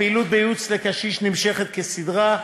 הפעילות בייעוץ לקשיש נמשכת כסדרה.